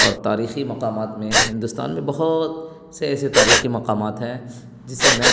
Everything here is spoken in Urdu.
اور تاریخی مقامات میں ہندوستان میں بہت سے ایسے تاریخی مقامات ہیں جسے میں